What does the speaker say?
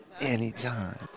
Anytime